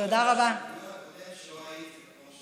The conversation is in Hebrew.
אומר משהו על הדיון הקודם, שלא הייתי.